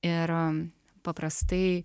ir paprastai